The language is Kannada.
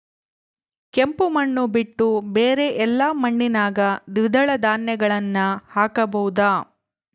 ಕೆಂಪು ಮಣ್ಣು ಬಿಟ್ಟು ಬೇರೆ ಎಲ್ಲಾ ಮಣ್ಣಿನಾಗ ದ್ವಿದಳ ಧಾನ್ಯಗಳನ್ನ ಹಾಕಬಹುದಾ?